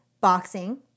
boxing